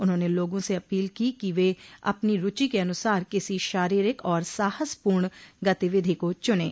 उन्होंने लोगों से अपील की कि वे अपनी रूचि के अनुसार किसी शारीरिक और साहसपूर्ण गतिविधि को चूनें